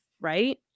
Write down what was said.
Right